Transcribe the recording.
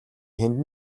хэнд